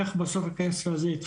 איך בסוף הכסף הזה יתחלק.